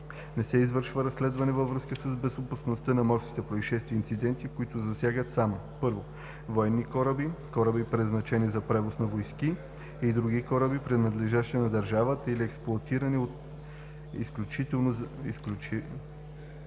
Не се извършва разследване във връзка с безопасността на морски произшествия и инциденти, които засягат само: 1. военни кораби, кораби, предназначени за превоз на войски, и други кораби, принадлежащи на държавата или експлоатирани от нея изключително